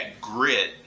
grit